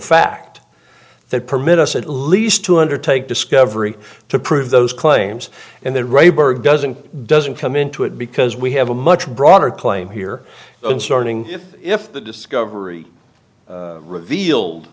fact that permit us at least two hundred take discovery to prove those claims and that rubber doesn't doesn't come into it because we have a much broader claim here in starting if the discovery revealed